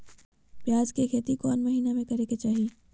प्याज के खेती कौन महीना में करेके चाही?